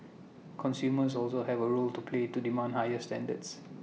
consumers also have A role to play to demand higher standards